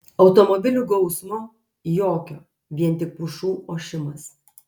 automobilių gausmo jokio vien tik pušų ošimas